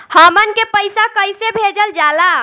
हमन के पईसा कइसे भेजल जाला?